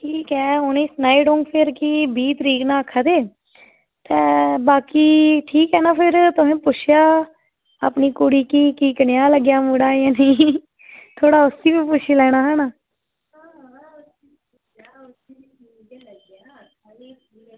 ठीक ऐ उ'नेंगी सनाई ओड़ङ फिर कि बीह् तरीक न आक्खा दे ते बाकी ठीक ऐ न फिर तुसें पुच्छेआ अपनी कुड़ी गी कि कनेहा लग्गेआ मुड़ा इ'यां ठीक थोह्ड़ा उसी बी पुच्छी लैना हा ना